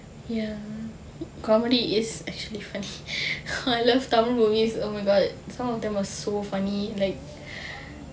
ya comedy is actually first I love tamil movies oh my god some of them are so funny like